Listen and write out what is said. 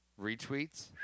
retweets